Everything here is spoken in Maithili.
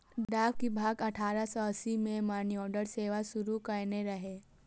डाक विभाग अठारह सय अस्सी मे मनीऑर्डर सेवा शुरू कयने रहै